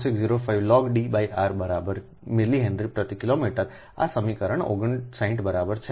4605 log D r બરાબર છે millihenry પ્રતિ કિલોમીટર આ સમીકરણ 59 બરાબર છે